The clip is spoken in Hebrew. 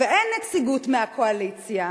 שאין נציגות מהקואליציה,